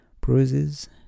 bruises